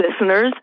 listeners